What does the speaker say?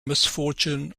misfortune